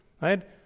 Right